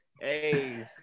Hey